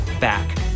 back